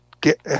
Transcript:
get